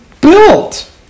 built